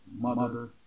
mother